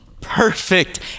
perfect